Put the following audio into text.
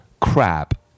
crab